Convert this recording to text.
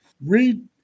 Read